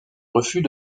refus